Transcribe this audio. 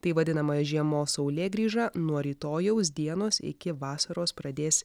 tai vadinama žiemos saulėgrįža nuo rytojaus dienos iki vasaros pradės